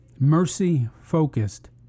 mercy-focused